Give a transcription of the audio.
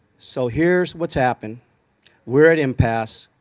so here's what's happened we're at impasse.